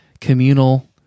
communal